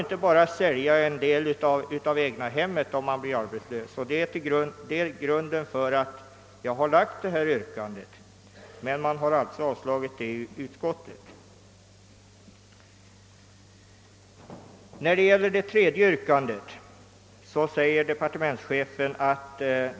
Detta är anledningen till att jag framställt detta yrkande, som emellertid blivit avstyrkt av utskottet. ..